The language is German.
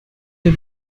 der